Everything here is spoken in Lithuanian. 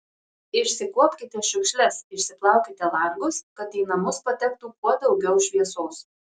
išsikuopkite šiukšles išsiplaukite langus kad į namus patektų kuo daugiau šviesos